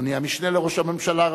אדוני המשנה לראש הממשלה,